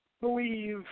believe